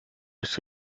nichts